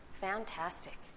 fantastic